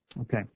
Okay